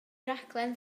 raglen